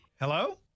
Hello